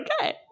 okay